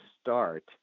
start